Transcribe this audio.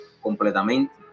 completamente